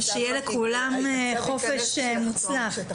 שיהיה לכולם חופש מוצלח.